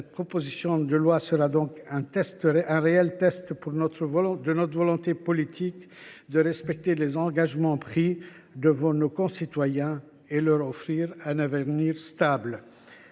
Cette proposition de loi sera donc un réel test de notre volonté politique de respecter les engagements pris devant nos concitoyens et de leur offrir un avenir stable.